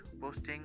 posting